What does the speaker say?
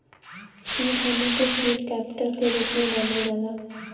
seed money क seed capital के रूप में जानल जाला